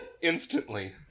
instantly